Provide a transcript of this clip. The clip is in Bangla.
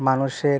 মানুষের